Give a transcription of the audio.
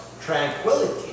tranquility